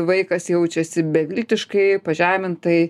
vaikas jaučiasi beviltiškai pažemintai